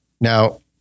Now